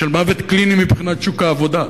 של מוות קליני מבחינת שוק העבודה,